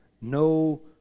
no